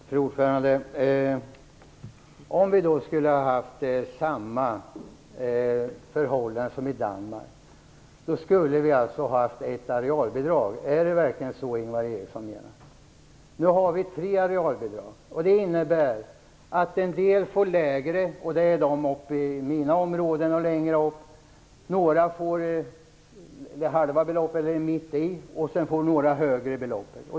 Fru talman! Om vi skulle ha haft samma förhållanden som i Danmark skulle vi alltså ha haft ett arealbidrag. Är det verkligen så Ingvar Eriksson menar? Nu har vi tre arealbidrag. Det innebär att en del får lägre. Det är de uppe i mina områden och längre upp i landet. Några får mellanbeloppet, och några får det högre beloppet.